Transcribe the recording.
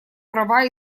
права